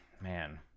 man